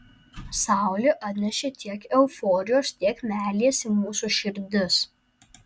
saulė atnešė tiek euforijos tiek meilės į mūsų širdis